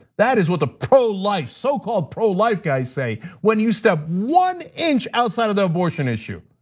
that is what the pro-life, so-called pro-life guys say, when you step one inch outside of the abortion issue.